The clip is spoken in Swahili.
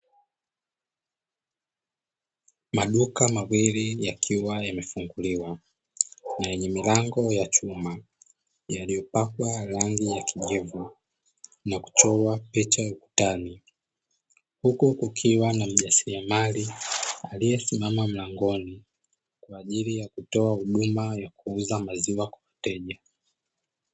Maduka mawili yakiwa yamefunguliwa, yenye milango ya chuma, iliyopakwa rangi ya kijivu na kuchorwa picha ya ukutani, huku kukiwa na mjasiliamali aliyesimama mlangoni ili akitoa huduma ya kuuza maziwa kwa mteja.